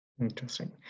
Interesting